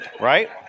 Right